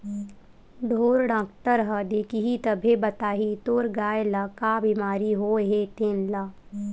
ढ़ोर डॉक्टर ह देखही तभे बताही तोर गाय ल का बिमारी होय हे तेन ल